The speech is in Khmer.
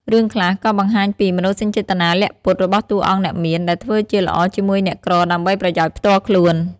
រឿងខ្លះក៏បង្ហាញពី មនោសញ្ចេតនាលាក់ពុត របស់តួអង្គអ្នកមាន ដែលធ្វើជាល្អជាមួយអ្នកក្រដើម្បីប្រយោជន៍ផ្ទាល់ខ្លួន។